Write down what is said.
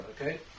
okay